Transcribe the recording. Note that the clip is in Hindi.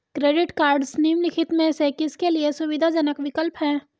क्रेडिट कार्डस निम्नलिखित में से किसके लिए सुविधाजनक विकल्प हैं?